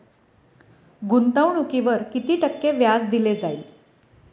गुंतवणुकीवर किती टक्के व्याज दिले जाईल?